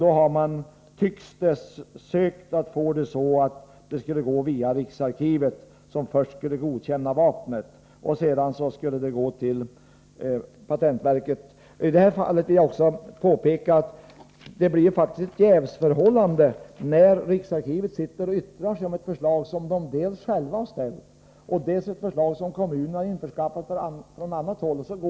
Det tycks emellertid vara så att man försökt få det hela att gå via riksarkivet, som först skulle godkänna vapnet. Därefter skulle även det gå till patentverket. Jag vill också påpeka att det i detta fall faktiskt också blir ett jävsförhållande när riksarkivet yttrar sig inför patentverkets beslut dels över ett förslag som arkivet självt har framlagt, dels över ett förslag som kommunen införskaffat från annat håll.